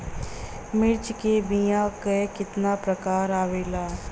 मिर्चा के बीया क कितना प्रकार आवेला?